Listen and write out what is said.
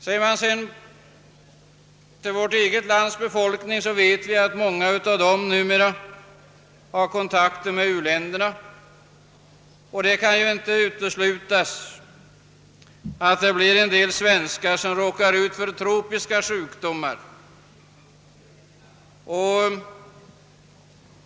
Många människor i vårt eget land har numera kontakter med utvecklingsländerna. Den möjligheten kan därför inte uteslutas att även en del svenskar ådrar sig tropiska sjukdomar.